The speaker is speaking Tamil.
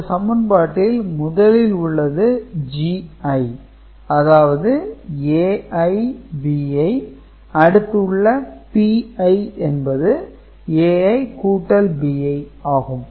இந்த சமன்பாட்டில் முதலில் உள்ளது Gi அதாவது Ai Bi அடுத்து உள்ள Pi என்பது Ai கூட்டல் Bi ஆகும்